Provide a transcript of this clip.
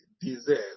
deserve